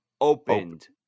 opened